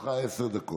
לרשותך עשר דקות.